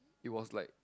it was like